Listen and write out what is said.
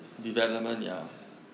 ya